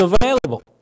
available